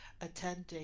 attending